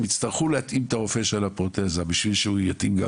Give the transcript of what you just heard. אם יצטרכו להתאים את הרופא של הפרוטזה בשביל שהוא יתאים גם